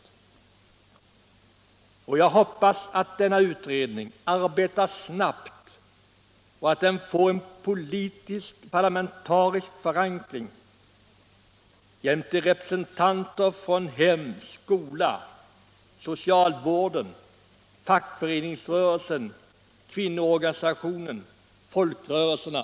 Jag hoppas att 10 december 1976 denna utredning arbetar snabbt, att den får en politisk-parlamentarisk förankring och att i den får ingå representanter för hem, skola, soci Om åtgärder mot alvården, fackföreningsrörelsen, kvinnoorganisationer, folkrörelser etc.